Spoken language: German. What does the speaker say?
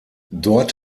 dort